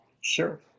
sure